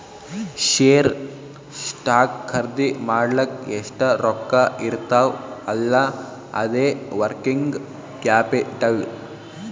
share, stock ಖರ್ದಿ ಮಾಡ್ಲಕ್ ಎಷ್ಟ ರೊಕ್ಕಾ ಇರ್ತಾವ್ ಅಲ್ಲಾ ಅದೇ ವರ್ಕಿಂಗ್ ಕ್ಯಾಪಿಟಲ್